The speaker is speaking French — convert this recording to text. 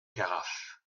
carafe